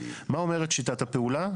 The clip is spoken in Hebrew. מה אומרת שיטת הפעולה?